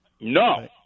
No